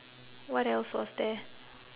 what else was there